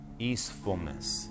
easefulness